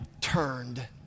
turned